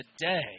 today